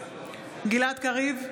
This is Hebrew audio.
גלעד קריב,